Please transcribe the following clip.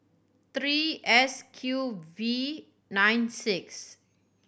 three S Q V nine six